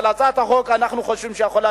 אבל אנחנו חושבים שהצעת החוק יכולה